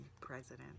president